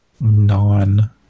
non